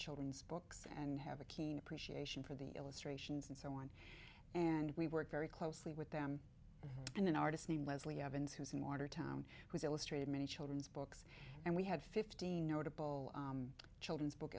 children's books and have a keen appreciation for the illustrations and so on and we work very closely with them and an artist's name was lee evans who's in watertown who's illustrated many children's books and we had fifteen notable children's book